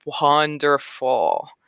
wonderful